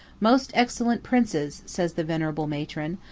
most excellent princes, says the venerable matron,